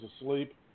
asleep